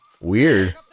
Weird